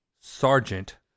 Sergeant